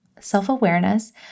self-awareness